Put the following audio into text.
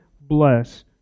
Bless